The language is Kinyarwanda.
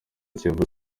kiyovu